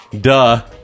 duh